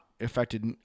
affected